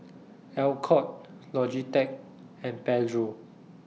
Alcott Logitech and Pedro